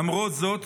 למרות זאת